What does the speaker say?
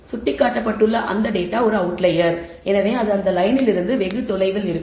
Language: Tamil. சுட்டிக்காட்டப்பட்ட அந்த டேட்டா ஒரு அவுட்லையெர் எனவே அது அந்த லயனிலிருந்து வெகு தொலைவில் இருக்கும்